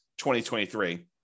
2023